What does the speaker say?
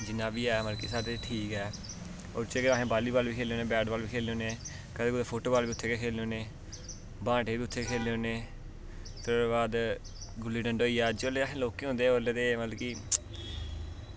जिन्ना बी ऐ मतबलब कि साढ़े ठीक ऐ ओह्दे च गै अस बॉलीबॉल खेल्लने होन्ने बैट बॉल वी खेल्लने होन्ने कदें कतैं फुटबॉल बी उत्थें गै खेल्लने होन्ने बांटे बी उत्थै खेल्लने होन्ने ते ओह्दे बाद गुल्ली डंडा होई गेआ जेल्लै अस लौह्के होंदे हे उसलै ते मतलव की